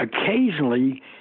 occasionally